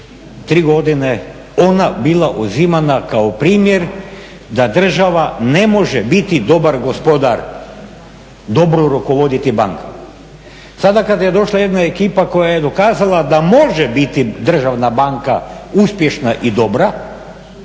3 godine ona bila uzimana ka primjer da država ne može biti dobar gospodar, dobro rukovoditi bankama. Sada kada je došla jedna ekipa koja je dokazala da može biti državna banka uspješna i dobra,